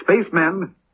spacemen